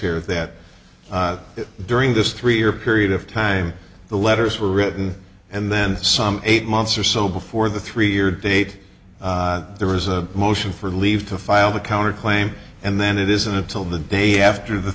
here that during this three year period of time the letters were written and then some eight months or so before the three year date there was a motion for leave to file the counter claim and then it isn't until the day after the